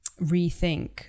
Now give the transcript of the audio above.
rethink